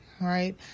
right